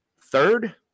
third